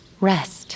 Rest